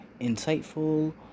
insightful